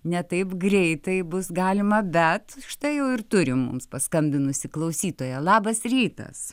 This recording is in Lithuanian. ne taip greitai bus galima bet štai jau ir turim mums paskambinusį klausytoją labas rytas